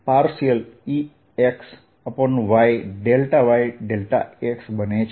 dl | 3 Ex x Exxyx Ex∂yyx બનશે